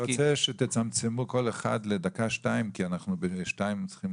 אני רוצה שתצמצמו כל אחד לדקה שתיים כי בשתיים אנחנו צריכים